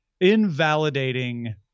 invalidating